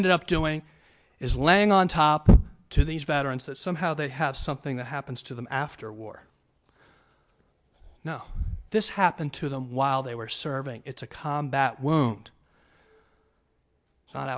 ended up doing is laying on top to these veterans that somehow they have something that happens to them after war you know this happened to them while they were serving it's a combat